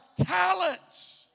talents